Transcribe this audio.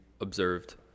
observed